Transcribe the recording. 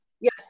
Yes